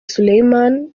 suleiman